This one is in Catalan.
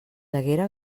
haguera